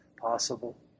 Possible